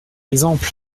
exemple